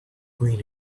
green